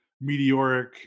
meteoric